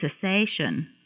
cessation